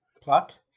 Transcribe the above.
plot